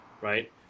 right